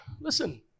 listen